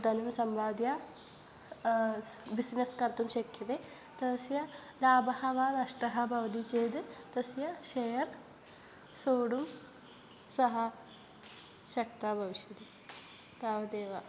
धनं सम्पाद्य बिस्नेस् कर्तुं शक्यते तस्य लाभः वा नष्टः भवति चेद् तस्य शेर् सोढुं सः शक्तः भविष्यति तावदेव